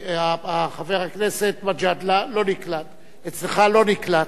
חבר הכנסת מג'אדלה, לא נקלט, אצלך, לא נקלט.